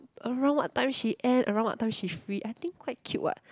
around what time she end around what time she free I think quite cute [what]